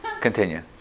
Continue